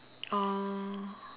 oh